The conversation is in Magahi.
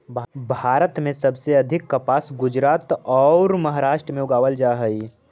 भारत में सबसे अधिक कपास गुजरात औउर महाराष्ट्र में उगावल जा हई